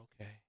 okay